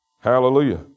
Hallelujah